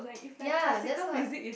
ya that's what